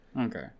Okay